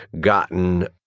gotten